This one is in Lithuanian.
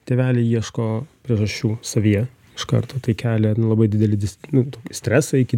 tėveliai ieško priežasčių savyje iš karto tai kelia labai didelį disci nu stresą iki